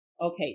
Okay